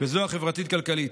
וזו החברתית-כלכלית,